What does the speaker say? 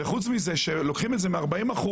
וחוץ מזה כשלוקחים את זה מה-40%,